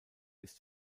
ist